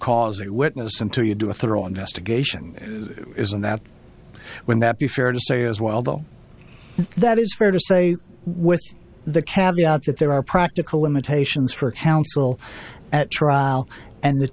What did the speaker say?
cause that witness into you do a thorough investigation isn't that when that be fair to say as well though that is fair to say with the carry out that there are practical limitations for counsel at trial and th